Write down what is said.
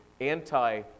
anti